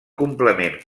complement